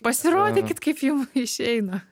pasirodykit kaip jum išeina